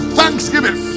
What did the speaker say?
thanksgiving